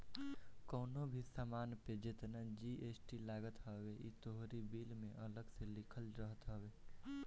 कवनो भी सामान पे जेतना जी.एस.टी लागत हवे इ तोहरी बिल में अलगा से लिखल रहत हवे